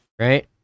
Right